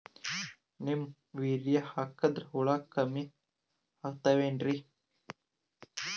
Neem urea ಹಾಕದ್ರ ಹುಳ ಕಮ್ಮಿ ಆಗತಾವೇನರಿ?